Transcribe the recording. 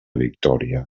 victòria